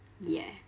yeah